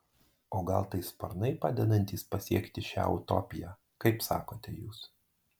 o gal tai sparnai padedantys pasiekti šią utopiją kaip sakote jūs